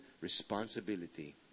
responsibility